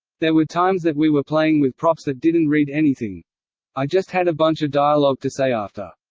there were times that we were playing with props that didn't read anything i just had a bunch of dialogue to say after.